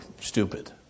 stupid